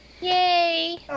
Yay